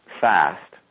fast